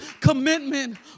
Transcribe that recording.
commitment